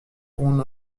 qu’on